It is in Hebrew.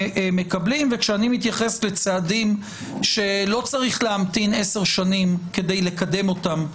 כשאני מתייחס לצעדים שלא צריך להמתין 10 שנים כדי לקדם אותם,